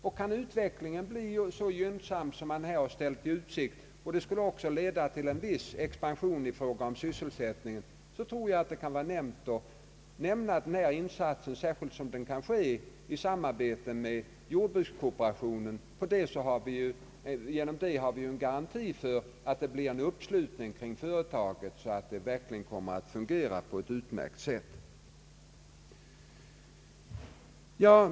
Om utvecklingen kan bli så gynnsam som här har ställts i utsikt, skulle detta också kunna leda till en viss expansion i fråga om sysselsättningen. Jag anser att det är värt att nämna denna insats, särskilt som den kan ske i samarbete med jordbrukskooperationen. Härigenom skapas en garanti för att det blir en uppslutning kring företaget så att det hela verkligen kommer att fungera på ett utmärkt sätt.